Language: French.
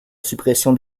suppression